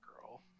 girl